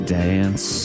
dance